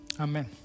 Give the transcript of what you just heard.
Amen